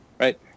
right